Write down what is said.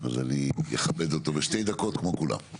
אז אני אכבד אותו בשתי דקות כמו כולם.